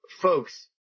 folks